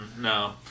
no